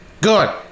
Good